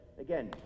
again